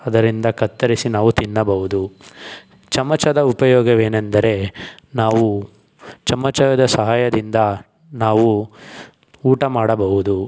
ಅದರಿಂದ ಕತ್ತರಿಸಿ ನಾವು ತಿನ್ನಬಹುದು ಚಮಚದ ಉಪಯೋಗವೇನೆಂದರೆ ನಾವು ಚಮಚದ ಸಹಾಯದಿಂದ ನಾವು ಊಟ ಮಾಡಬಹುದು